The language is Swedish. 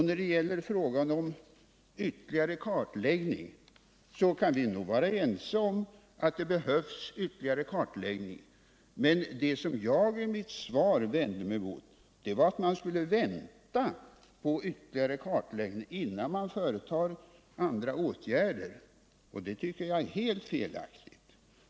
När det gäller frågan om ytterligare kartläggning kan vi nog vara ense om att det behövs ytterligare sådan, men vad jag i mitt svar vände mig mot var tanken att man skall vänta på ytterligare kartläggning innan man företar andra åtgärder. Det tycker jag är helt felaktigt.